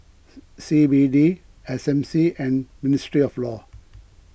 C B D S M C and ministry of law